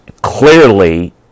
clearly